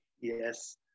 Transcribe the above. yes